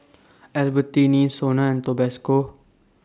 Albertini Sona and Tabasco